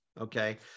Okay